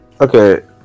Okay